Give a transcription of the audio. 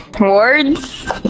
Words